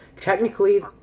Technically